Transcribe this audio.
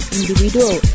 individual